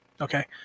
Okay